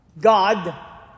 God